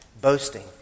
boasting